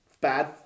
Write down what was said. bad